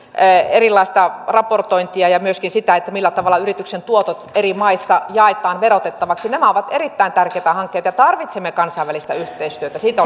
erilaista raportointia ja myöskin sitä millä tavalla yrityksen tuotot eri maissa jaetaan verotettavaksi nämä ovat erittäin tärkeitä hankkeita ja tarvitsemme kansainvälistä yhteistyötä siitä